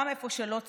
גם איפה שלא צריך,